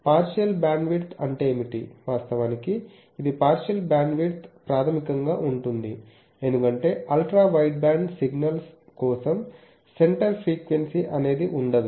partial bandwidth అంటే ఏమిటి వాస్తవానికి ఇది పార్షియల్ బ్యాండ్విడ్త్ ప్రాథమికంగా ఉంటుంది ఎందుకంటే అల్ట్రా వైడ్బ్యాండ్ సిగ్నల్స్ కోసం సెంటర్ ఫ్రీక్వెన్సీ అనేది ఉండదు